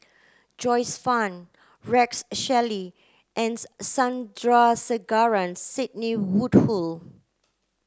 Joyce Fan Rex Shelley and Sandrasegaran Sidney Woodhull